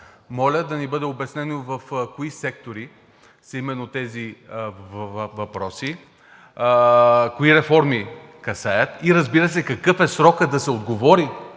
моля да ни бъде обяснено в кои сектори са именно тези въпроси, кои реформи касаят и разбира се, какъв е срокът да се отговори